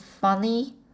funny